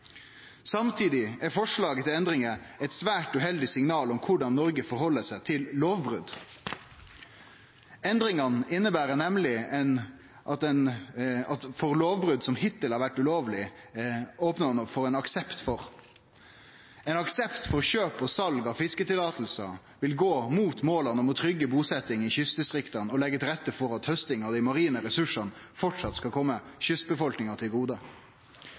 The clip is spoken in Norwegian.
Samtidig er forslaget til endringar eit svært uheldig signal om korleis Noreg stiller seg til lovbrot. Endringane inneber nemleg at ein opnar opp for aksept for det som tidlegare var ulovleg. Aksept for kjøp og sal av fiskeløyve vil gå imot måla om å tryggje busetnad i kystdistrikta og leggje til rette for at hausting av dei marine ressursane framleis skal kome kystbefolkninga til gode.